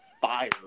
fire